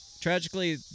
Tragically